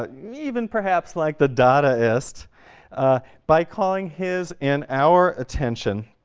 ah even perhaps like the dadaist by calling his and our attention